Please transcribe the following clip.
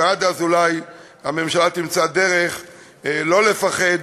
ועד אז אולי הממשלה תמצא דרך לא לפחד,